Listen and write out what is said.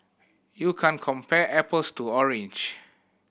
you can't compare apples to orange